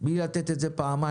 רוצה לתת לילדיו כסף,